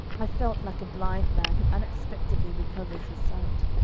i felt like a blind man who unexpectedly recovers his sight.